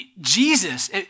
Jesus